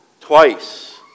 Twice